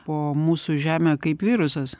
po mūsų žemę kaip virusas